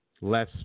Less